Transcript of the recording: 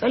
Så